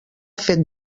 fet